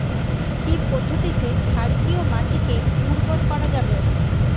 কি পদ্ধতিতে ক্ষারকীয় মাটিকে উর্বর করা যাবে?